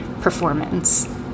performance